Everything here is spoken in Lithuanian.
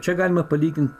čia galima palyginti